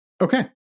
Okay